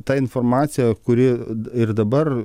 ta informacija kuri ir dabar